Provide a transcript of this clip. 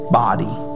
body